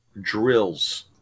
drills